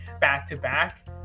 back-to-back